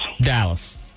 Dallas